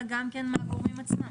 אלא גם מהגורמים עצמם.